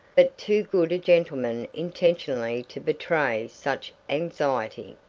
but too good a gentleman intentionally to betray such anxiety.